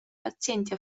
pazienti